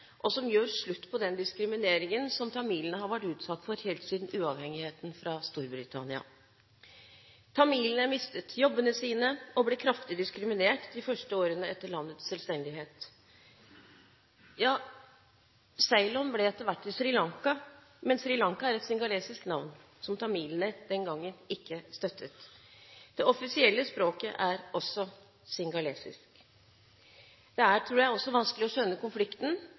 og som gjør slutt på den diskrimineringen som tamilene har vært utsatt for helt siden uavhengigheten fra Storbritannia. Tamilene mistet jobbene sine og ble kraftig diskriminert de første årene etter landets selvstendighet. Ceylon ble etter hvert til Sri Lanka, men Sri Lanka er et singalesisk navn, som tamilene den gangen ikke støttet. Det offisielle språket er også singalesisk. Det er, tror jeg, også vanskelig å skjønne konflikten